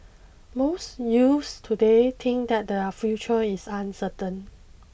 most youths today think that their future is uncertain